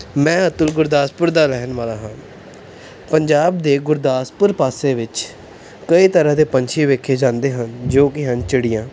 ਮੈਂ ਅਤੁਲ ਗੁਰਦਾਸਪੁਰ ਦਾ ਰਹਿਣ ਵਾਲਾ ਹਾਂ ਪੰਜਾਬ ਦੇ ਗੁਰਦਾਸਪੁਰ ਪਾਸੇ ਵਿੱਚ ਕਈ ਤਰ੍ਹਾਂ ਦੇ ਪੰਛੀ ਵੇਖੇ ਜਾਂਦੇ ਹਨ ਜੋ ਕਿ ਹਨ ਚਿੜੀਆਂ